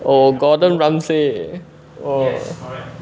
ohh gordon ramsay ohh